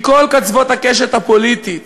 מכל קצוות הקשת הפוליטית,